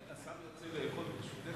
השר יוצא לאכול, ברשותך.